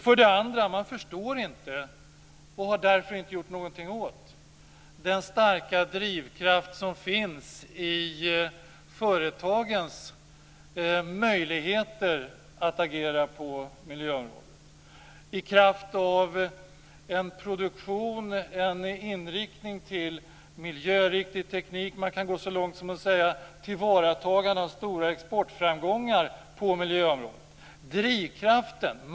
Vidare förstår man inte, och har därför inte gjort någonting åt, den starka drivkraft som finns i företagens möjligheter att agera på miljöområdet i kraft av en produktion och en inriktning mot miljöriktig teknik. Ja, man kan gå så långt att man ka tala om tillvaratagandet av stora exportframgångar på miljöområdet.